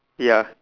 ya